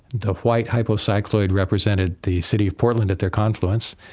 the white hypocycloid represented the city of portland at their confluence,